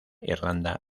irlanda